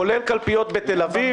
כולל קלפיות בתל-אביב,